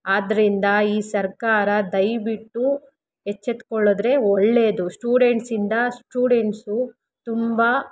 ಆದ್ದರಿಂದ ಈ ಸರ್ಕಾರ ದಯವಿಟ್ಟು ಎಚ್ಚೆತ್ಕೊಳ್ಳದ್ರೆ ಒಳ್ಳೇದು ಸ್ಟೂಡೆಂಟ್ಸಿಂದ ಸ್ಟೂಡೆಂಟ್ಸು ತುಂಬ